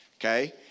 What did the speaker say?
okay